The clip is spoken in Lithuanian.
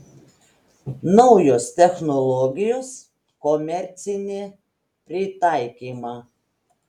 naujos technologijos komercinį pritaikymą